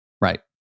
Right